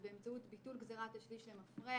היא באמצעות ביטול גזירת השליש למפרע.